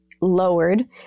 lowered